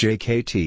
J-K-T